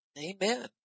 Amen